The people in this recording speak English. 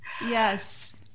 yes